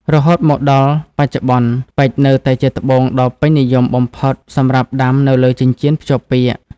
រហូតមកដល់បច្ចុប្បន្ន ពេជ្រនៅតែជាត្បូងដ៏ពេញនិយមបំផុតសម្រាប់ដាំនៅលើចិញ្ចៀនភ្ជាប់ពាក្យ។